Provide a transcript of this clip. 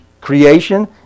creation